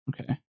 Okay